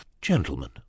gentlemen